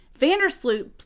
Vandersloot